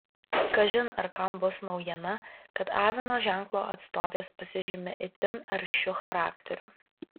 kažin ar kam bus naujiena kad avino ženklo atstovės pasižymi itin aršiu charakteriu